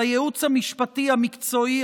לייעוץ המשפטי המקצועי,